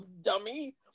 dummy